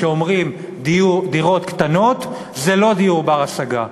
כשאומרים דירות קטנות זה לא דיור בר-השגה,